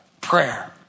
prayer